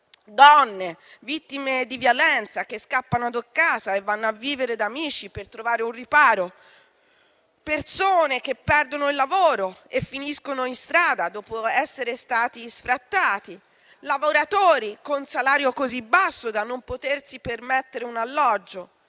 donne vittime di violenza che scappano da casa e vanno a vivere da amici per trovare un riparo; persone che perdono il lavoro e finiscono in strada, dopo essere stati sfrattati; lavoratori con salario così basso da non potersi permettere un alloggio.